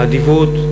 האדיבות,